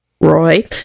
Roy